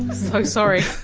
so sorry.